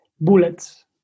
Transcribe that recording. bullets